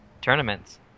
tournaments